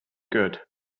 good